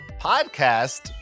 podcast